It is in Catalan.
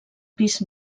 pis